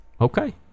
Okay